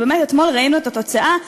ובאמת אתמול ראינו את התוצאה,